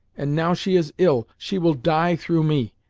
and now she is ill she will die through me.